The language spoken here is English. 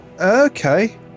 Okay